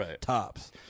Tops